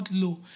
low